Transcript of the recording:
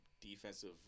Defensive